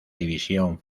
división